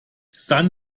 san